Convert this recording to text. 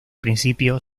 principio